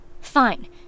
Fine